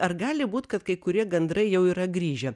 ar gali būt kad kai kurie gandrai jau yra grįžę